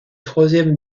troisièmes